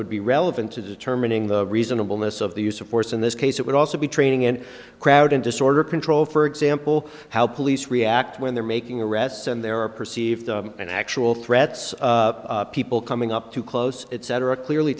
would be relevant to determining the reasonable ness of the use of force in this case it would also be training and crowd and disorder control for example how police react when they're making arrests and there are perceived and actual threats people coming up to close it cetera clearly